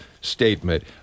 statement